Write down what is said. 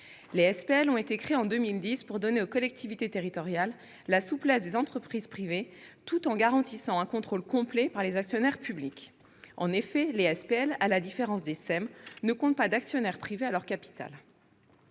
Les SPL ont été créées en 2010 pour donner aux collectivités territoriales la souplesse des entreprises privées tout en garantissant un contrôle complet par les actionnaires publics. En effet, à la différence des SEM, elles ne comptent pas d'actionnaires privés à leur capital.